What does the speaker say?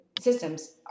systems